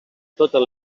totes